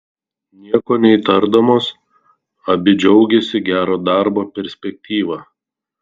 nieko neįtardamos abi džiaugėsi gero darbo perspektyva